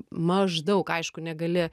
maždaug aišku negali